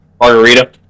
Margarita